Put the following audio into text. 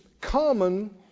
common